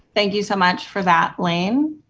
thank you so much for that laine.